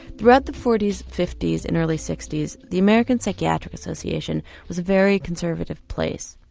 throughout the forty s, fifty s and early sixty s the american psychiatric association was a very conservative place,